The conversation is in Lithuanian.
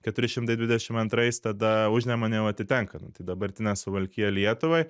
keturi šimtai dvidešimt antrais tada užnemunė jau atitenka nu tai dabartinė suvalkija lietuvai